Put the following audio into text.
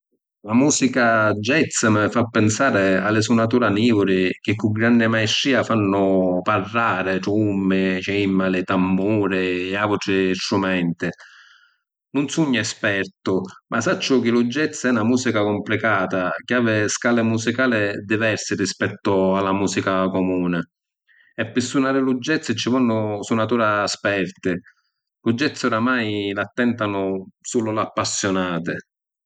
La musica jazz mi fa pinsari a li sunatura niuri chi cu granni maistria fannu parràri trummi, cìmmali, tammuri e autri strumenti. Nun sugnu espertu ma sacciu chi lu jazz è na musica complicata chi havi scali musicali diversi rispettu a la musica comuni. E pi sunari lu jazz ci vonnu sunaturi sperti. Lu jazz oramai l’attentanu sulu li appassiunati.